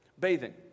bathing